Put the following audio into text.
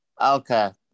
Okay